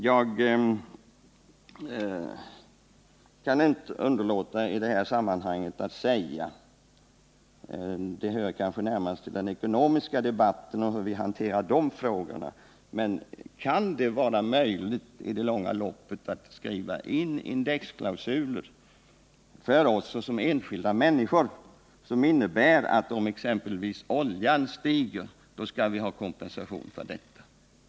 Det hör kanske närmast till den ekonomiska debatten hur vi hanterar de frågorna, men jag kan inte underlåta att i det här sammanhanget ställa frågan: Kan det vara möjligt i det långa loppet att skriva in indexklausuler som innebär, för oss som enskilda människor, att om exempelvis oljan stiger, skall vi ha kompensation för detta?